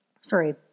Sorry